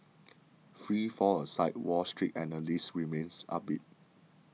free fall aside Wall Street analysts remain upbeat